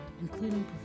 including